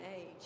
age